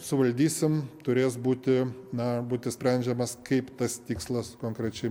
suvaldysim turės būti na būti sprendžiamas kaip tas tikslas konkrečiai